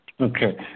Okay